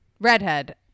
redhead